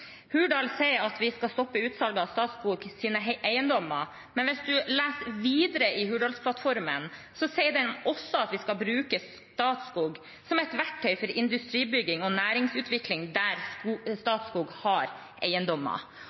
sier at vi skal stoppe utsalget av Statskogs eiendommer, men hvis man leser videre, sier den også at vi skal bruke Statskog som et verktøy for industribygging og næringsutvikling der Statskog har eiendommer.